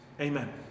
Amen